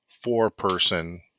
four-person